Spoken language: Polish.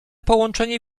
połączenie